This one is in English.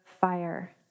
fire